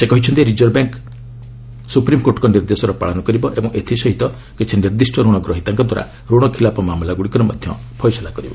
ସେ କହିଛନ୍ତି reserve bank ସୁପ୍ରିମ୍କୋର୍ଟଙ୍କ ନିର୍ଦ୍ଦେଶର ପାଳନ କରିବ ଓ ଏଥିସହିତ କିଛି ନିର୍ଦ୍ଦିଷ୍ଟ ଋଣ ଗ୍ରହିତାଙ୍କ ଦ୍ୱାରା ଋଣ ଖିଲାପ ମାମଲାଗୁଡ଼ିକର ମଧ୍ୟ ଫଇସଲା କରିବ